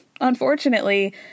unfortunately